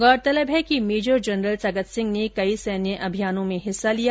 गौरतलब है कि मेजर जनरल सगत सिंह ने कई सैन्य अभियानों में हिस्सा लिया